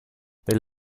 they